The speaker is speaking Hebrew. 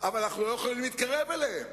אבל אנחנו לא יכולים להתקרב אליהם,